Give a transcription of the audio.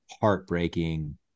heartbreaking